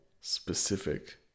specific